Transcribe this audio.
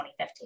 2050